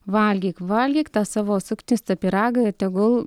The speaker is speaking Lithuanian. valgyk valgyk tą savo suknistą pyragą ir tegul